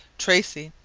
tracy,